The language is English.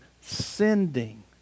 sending